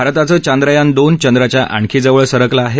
भारताचं चांद्रयान दोन चंद्राच्या आणखी जवळ सरकलं आहे